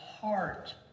heart